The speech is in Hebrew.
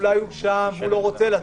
שאולי הוא שם והוא לא רוצה לצאת,